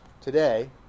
today